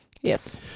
Yes